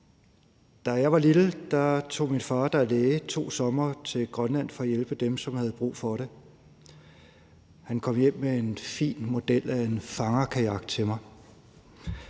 Da jeg var lille, tog min far, der er læge, to somre til Grønland for at hjælpe dem, som havde brug for det. Han kom hjem med en fin model af en fangerkajak til mig.